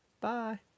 Bye